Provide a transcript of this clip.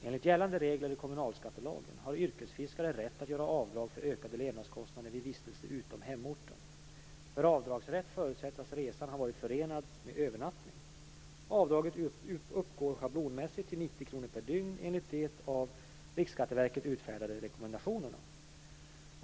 Enligt gällande regler i kommunalskattelagen har yrkesfiskare rätt att göra avdrag för ökade levnadskostnader vid vistelse utom hemorten. För avdragsrätt förutsätts att resan varit förenad med övernattning. Avdraget uppgår schablonmässigt till 90 kr per dygn enligt de av Riksskatteverket utfärdade rekommendationerna.